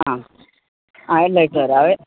ആ ആ എല്ലാം അയച്ചുതരാവേ